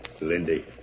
Lindy